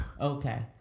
Okay